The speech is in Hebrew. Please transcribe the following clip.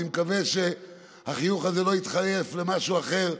אני מקווה שהחיוך הזה לא יתחלף למשהו אחר,